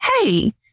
hey